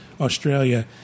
Australia